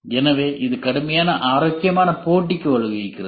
எனவே இது கடுமையான ஆரோக்கியமான போட்டிக்கு வழிவகுக்கிறது